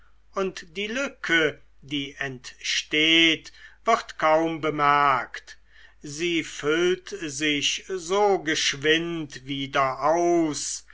und die lücke die entsteht wird kaum bemerkt sie füllt sich so geschwind wieder aus